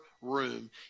room